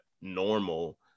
normal